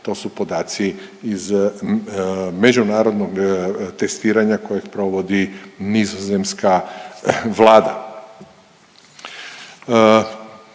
to su podaci iz međunarodnog testiranja kojeg provodi nizozemska Vlada.